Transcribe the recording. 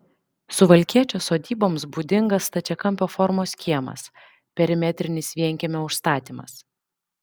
suvalkiečio sodyboms būdingas stačiakampio formos kiemas perimetrinis vienkiemio užstatymas